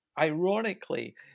Ironically